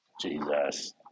Jesus